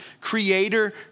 creator